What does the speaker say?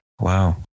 Wow